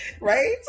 Right